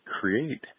create